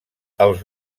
els